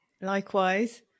Likewise